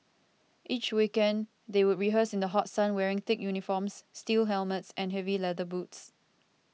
each weekend they would rehearse in the hot sun wearing thick uniforms steel helmets and heavy leather boots